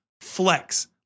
flex